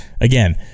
again